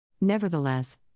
Nevertheless